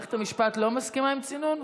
מערכת המשפט לא מסכימה לצינון?